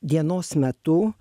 dienos metu